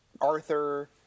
Arthur